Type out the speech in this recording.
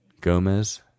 Gomez